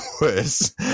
worse